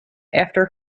after